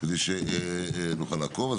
כדי שנוכל לעקוב.